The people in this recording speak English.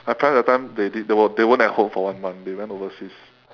my parents that time they did they weren't at home for one month they went overseas